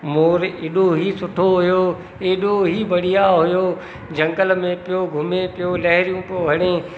मोरु एॾो ई सुठो हुयो एॾो ई बढ़िया हुयो झंगल में पियो घुमे रहिड़ियूं पियो हणे